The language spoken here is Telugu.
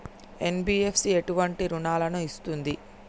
ఎన్.బి.ఎఫ్.సి ఎటువంటి రుణాలను ఇస్తుంది?